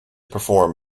perform